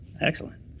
Excellent